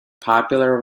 popular